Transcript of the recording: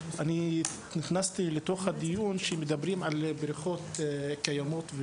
נכנסתי לדיון כשדיברו על בריכות קיימות,